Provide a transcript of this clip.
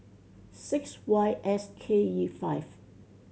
six Y S K E five